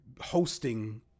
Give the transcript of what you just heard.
hosting